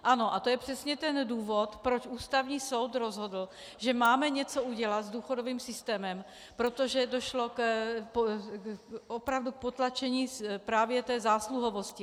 Ano a to je přesně ten důvod, proč Ústavní soud rozhodl, že máme něco udělat s důchodovým systémem, protože došlo opravdu k potlačení právě té zásluhovosti.